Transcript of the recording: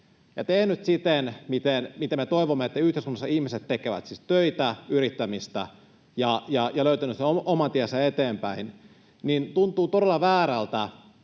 ja tehnyt siten, miten me toivomme, että yhteiskunnassa ihmiset tekevät — siis töitä, yrittämistä — ja löytänyt sen oman tiensä eteenpäin, niin tuntuu todella väärältä.